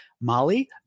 Molly